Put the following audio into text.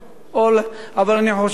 אבל אני חושב,